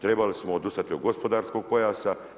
Trebali smo odustati od gospodarskog pojasa.